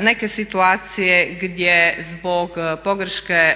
neke situacije gdje zbog pogreške